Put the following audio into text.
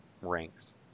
ranks